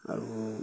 আৰু